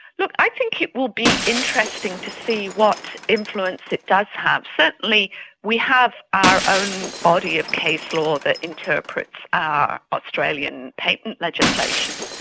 look, i think it will be interesting to see what influence it does have. certainly we have our own body of case law that interprets our australian patent legislation,